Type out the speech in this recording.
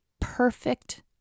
perfect